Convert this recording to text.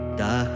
da